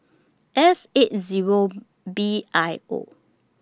S eight Zero B I O